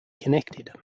connected